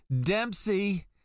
dempsey